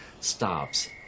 stops